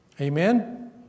Amen